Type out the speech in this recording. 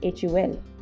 HUL